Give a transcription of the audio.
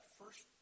first